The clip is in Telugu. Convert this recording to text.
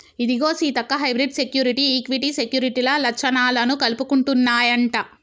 ఇదిగో సీతక్క హైబ్రిడ్ సెక్యురిటీ, ఈక్విటీ సెక్యూరిటీల లచ్చణాలను కలుపుకుంటన్నాయంట